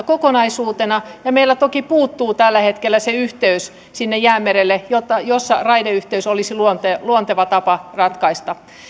kokonaisuutena ja meiltä toki puuttuu tällä hetkellä se yhteys sinne jäämerelle ja raideyhteys sinne olisi luonteva luonteva tapa ratkaista asia